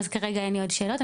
אז כרגע אין לי עוד שאלות.